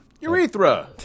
Urethra